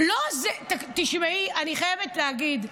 לא, תשמעי, אני חייבת להגיד,